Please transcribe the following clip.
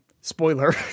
spoiler